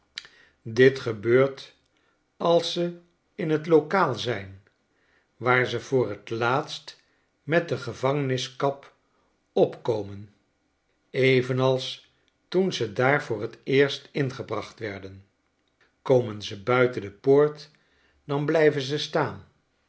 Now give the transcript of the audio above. ditgebeurt alsze in tlokaal zijn waar ze voor t laatst met de gevangeniskap op komen evenals toen ze daar voor t eerst in gebracht werden komen ze buiten de poort dan blijven ze staan